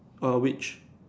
err which